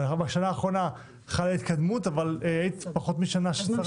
בשנה האחרונה חלה התקדמות אבל היית פחות משנה שרה.